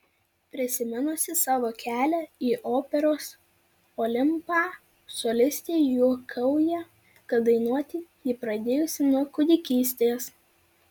prisiminusi savo kelią į operos olimpą solistė juokauja kad dainuoti ji pradėjusi nuo kūdikystės